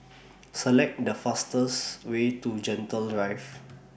Select The fastest Way to Gentle Drive